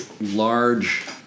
large